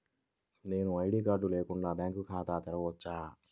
నేను ID card లేకుండా bank ఖాతా తెరవచ్చా?